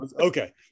Okay